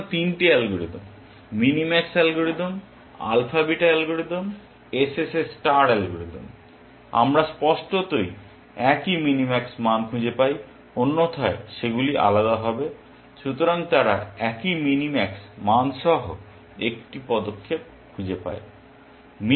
সুতরাং তিনটি algorithm mini max algorithm alpha beta algorithm SSS star algorithm আমরা স্পষ্টতই একই মিনি ম্যাক্স মান খুঁজে পাই অন্যথায় সেগুলি আলাদা হবে। সুতরাং তারা একই মিনি ম্যাক্স মান সহ একই পদক্ষেপ খুঁজে পায়